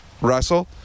Russell